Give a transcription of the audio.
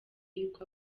y’uko